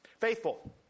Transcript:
faithful